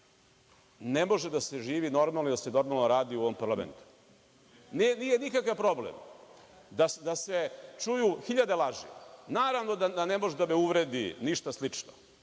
ne može da se živi normalno i da se normalno radi u ovom parlamentu. Nije nikakav problem da se čuju hiljade laži. Naravno da ne može da me uvredi ništa slično,